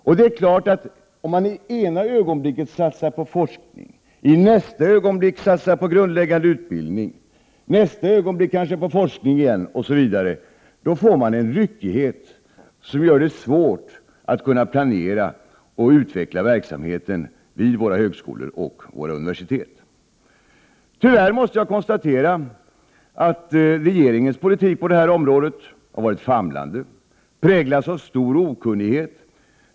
Om man i det ena ögonblicket satsar på forskning, i nästa ögonblick satsar på grundläggande utbildning och därefter satsar på forskning igen osv., är det klart att man får en ryckighet som gör det svårt att kunna planera och utveckla verksamheten vid våra högskolor och universitet. Tyvärr måste jag konstatera att regeringens politik på det här området har varit famlande och präglats av stor okunnighet.